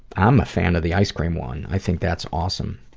i'm a fan of the ice cream one. i think that's awesome.